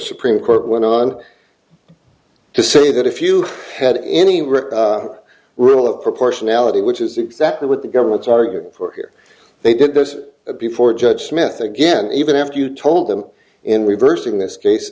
supreme court went on to say that if you had any rep rule of proportionality which is exactly what the government's arguing for here they did that before judge smith again even after you told them in reversing this case